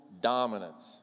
dominance